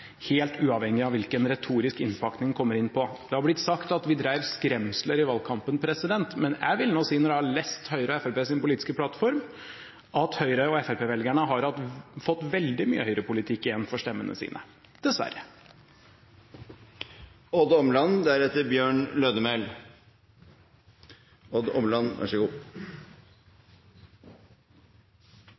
helt uavhengig av hvilken retorisk innpakning den kommer med. Det har blitt sagt at vi drev med skremsler i valgkampen, men jeg vil nå si, når jeg har lest Høyre og Fremskrittspartiets politiske plattform, at Høyre- og Fremskrittsparti-velgerne har fått veldig mye høyrepolitikk igjen for stemmene sine – dessverre.